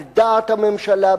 על דעת הממשלה,